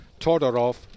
Todorov